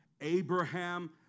Abraham